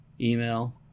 email